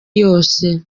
yose